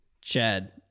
Chad